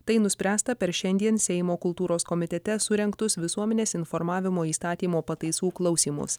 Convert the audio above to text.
tai nuspręsta per šiandien seimo kultūros komitete surengtus visuomenės informavimo įstatymo pataisų klausymus